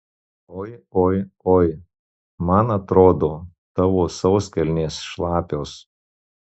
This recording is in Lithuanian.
oi oi oi man atrodo tavo sauskelnės šlapios